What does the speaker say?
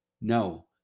No